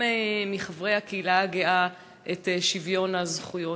מחברי הקהילה הגאה את שוויון הזכויות.